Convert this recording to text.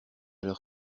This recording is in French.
leur